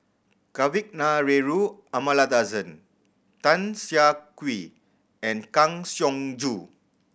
Kavignareru Amallathasan Tan Siah Kwee and Kang Siong Joo